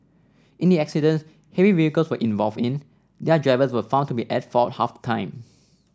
in the accidents heavy vehicles were involved in their drivers were found to be at fault half the time